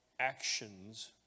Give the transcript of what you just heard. actions